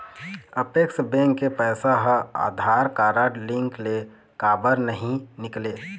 Apex bank के पैसा हा आधार कारड लिंक ले काबर नहीं निकले?